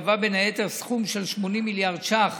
שקבע בין היתר סכום של 80 מיליארד ש"ח